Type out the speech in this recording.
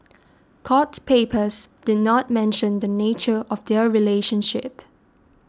court papers did not mention the nature of their relationship